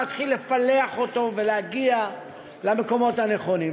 להתחיל לפלח אותו ולהגיע למקומות הנכונים.